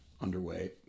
underway